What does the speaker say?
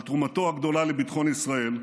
על תרומתו הגדולה לביטחון ישראל,